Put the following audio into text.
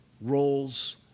roles